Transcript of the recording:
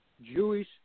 Jewish